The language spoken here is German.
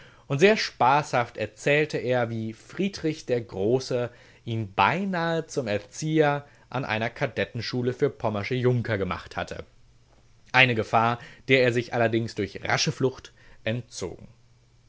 und sehr spaßhaft erzählte er wie friedrich der große ihn beinahe zum erzieher an einer kadettenschule für pommersche junker gemacht hatte eine gefahr der er sich allerdings durch rasche flucht entzogen